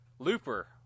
Looper